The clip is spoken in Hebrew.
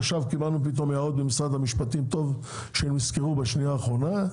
עכשיו קיבלנו פתאום הערות ממשרד המשפטים טוב שהם נזכרו בשנייה האחרונה,